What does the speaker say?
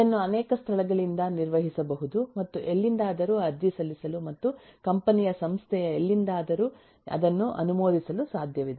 ಇದನ್ನು ಅನೇಕ ಸ್ಥಳಗಳಿಂದ ನಿರ್ವಹಿಸಬಹುದು ಮತ್ತು ಎಲ್ಲಿಂದಲಾದರೂ ಅರ್ಜಿ ಸಲ್ಲಿಸಲು ಮತ್ತು ಕಂಪನಿಯ ಸಂಸ್ಥೆಯ ಎಲ್ಲಿಂದಲಾದರೂ ಅದನ್ನು ಅನುಮೋದಿಸಲು ಸಾಧ್ಯವಿದೆ